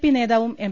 P നേതാവും M